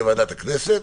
בוועדת הכנסת,